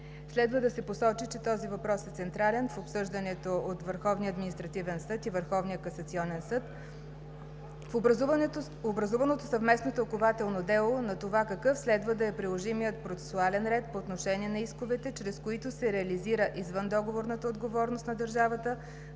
Следва да се посочи, че този въпрос е централен в обсъждането от Върховния административен съд и Върховния касационен съд в образуваното съвместно тълкувателно дело на това какъв следва да е приложимият процесуален ред по отношение на исковете, чрез които се реализира извъндоговорната отговорност на държавата